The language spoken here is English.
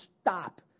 stop